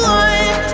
one